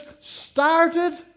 started